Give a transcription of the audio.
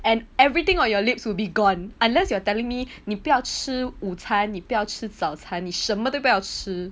and everything on your lips would be gone unless you are telling me 你不要吃午餐你不要吃早餐你什么都不好吃